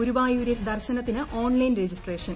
ഗുരുവായൂരിൽ ദർശന ത്തിന് ഓൺലൈൻ രജിസ്ട്രേഷൻ